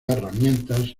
herramientas